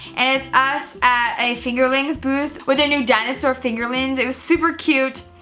and it's us at a fingerlings booth with their new dinosaur fingerlings. it was super cute,